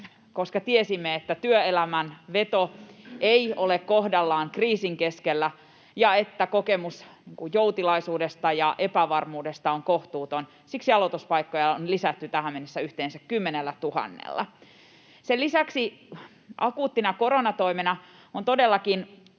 koska tiesimme, että työelämän veto ei ole kohdallaan kriisin keskellä ja että kokemus joutilaisuudesta ja epävarmuudesta on kohtuuton. Siksi aloituspaikkoja on lisätty tähän mennessä yhteensä 10 000:lla. Sen lisäksi akuuttina koronatoimena on todellakin